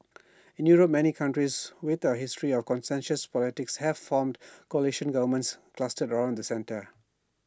in Europe many countries with A history of consensus politics have formed coalition governments clustered around the centre